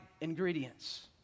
ingredients